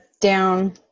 down